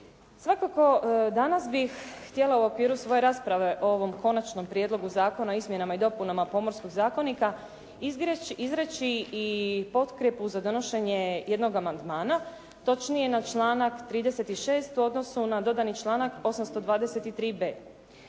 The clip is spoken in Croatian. Svakako danas bih htjela u okviru svoje rasprave o ovom Konačnom prijedlogu Zakona o izmjenama i dopunama Pomorskog zakonika izreći i potkrepu za donošenje jednog amandmana, točnije na članak 36. u odnosu na dodani članak 823.b.